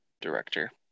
director